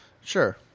Sure